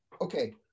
Okay